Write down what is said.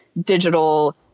digital